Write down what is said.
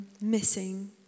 missing